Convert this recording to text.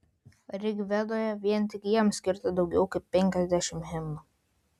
rigvedoje vien tik jiems skirta daugiau kaip penkiasdešimt himnų